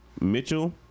Mitchell